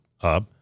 up